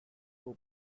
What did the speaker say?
two